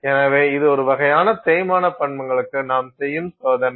எனவே இது ஒரு வகையான தேய்மான பண்புகளுக்கு நாம் செய்யும் சோதனை